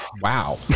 Wow